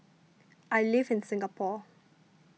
I live in Singapore